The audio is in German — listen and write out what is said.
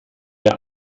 der